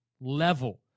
level